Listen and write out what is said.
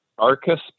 Arcus